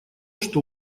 что